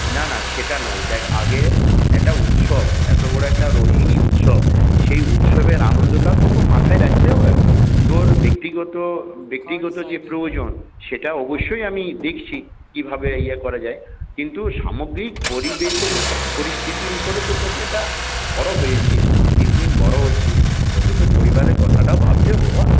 না না সেটা নয় দেখ আগে একটা উৎসব এত বড় একটা রোহিনী উৎসব সেই উৎসবের আনন্দটাও তোকে মাথায় রাখতে হবে তোর ব্যক্তিগত ব্যক্তিগত যে প্রয়োজন সেটা অবশ্যই আমি দেখছি কীভাবে ইয়ে করা যায় কিন্তু সামগ্রিক পরিবেশের পরিস্থিতির উপরে তো তোকে এটা বড় হয়েছিস দিন দিন বড় হচ্ছিস তোকে তো পরিবারের কথাটাও ভাবতে হবে বাবা